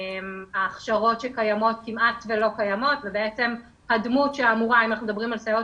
ההכשרות שקיימות כמעט ולא קיימות ובעצם אם אנחנו מדברים על סייעות